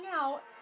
out